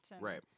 Right